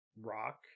rock